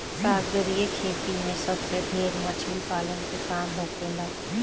सागरीय खेती में सबसे ढेर मछली पालन के काम होखेला